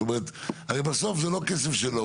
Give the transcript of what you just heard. הרי בסוף זה לא כסף שלו,